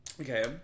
Okay